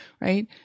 right